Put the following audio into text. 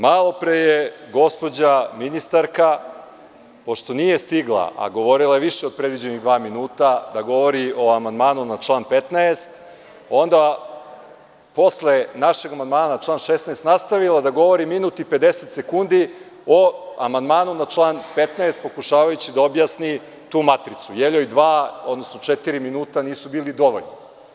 Malo pre je gospođa ministarka, pošto nije stigla, a govorila je više od predviđenih dva minuta, da govori o amandmanu na član 15, onda je posle našeg amandmana na član 16. nastavila da govori minut i 50 sekundi o amandmanu na član 15, pokušavajući da objasni tu matricu, jer joj dva, odnosno četiri minuta nisu bili dovoljni.